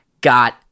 got